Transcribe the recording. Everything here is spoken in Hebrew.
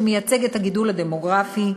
שמייצג את הגידול הדמוגרפי,